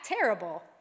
terrible